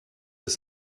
des